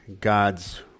God's